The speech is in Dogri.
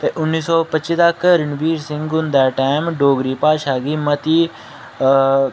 ते उ'न्नी सौ पच्ची तक रणवीर सिंह हुंदे टैम डोगरी भाशा गी मती अ